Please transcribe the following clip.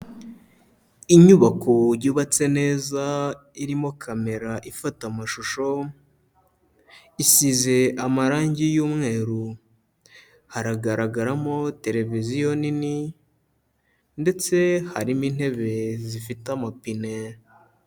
Inyubako yubatse neza irimo kamera ifata amashusho, isize amarangi y'umweru, hagaragaramo televiziyo nini ndetse harimo intebe zifite amapine.